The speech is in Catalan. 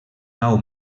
nou